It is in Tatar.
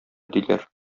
диләр